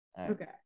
Okay